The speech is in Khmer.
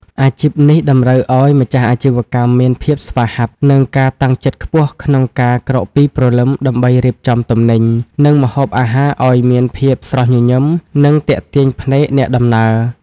អាជីពនេះតម្រូវឱ្យម្ចាស់អាជីវកម្មមានភាពស្វាហាប់ និងការតាំងចិត្តខ្ពស់ក្នុងការក្រោកពីព្រលឹមដើម្បីរៀបចំទំនិញ និងម្ហូបអាហារឱ្យមានភាពស្រស់ញញឹម និងទាក់ទាញភ្នែកអ្នកដំណើរ។